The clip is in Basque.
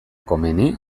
komeni